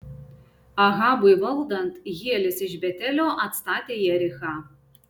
ahabui valdant hielis iš betelio atstatė jerichą